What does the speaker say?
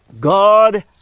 God